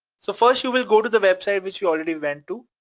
so first you will go to the website which you already went to.